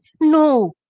no